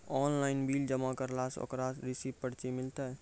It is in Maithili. ऑनलाइन बिल जमा करला से ओकरौ रिसीव पर्ची मिलतै?